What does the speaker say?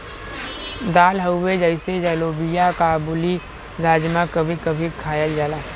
दाल हउवे जइसे लोबिआ काबुली, राजमा कभी कभी खायल जाला